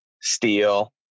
steel